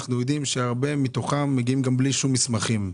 אנחנו יודעים שהרבה מתוכם מגיעים גם בלי שום מסמכים.